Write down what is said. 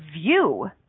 view